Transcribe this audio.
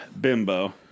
bimbo